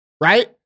right